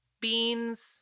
beans